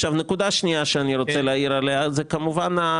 נקודה שנייה שאני רוצה להעיר עליה היא האכסניה.